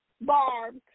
Barb